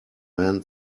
man